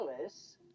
Alice